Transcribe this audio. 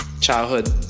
childhood